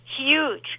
huge